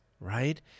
right